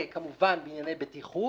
וכמובן עם שמירה על ענייני בטיחות.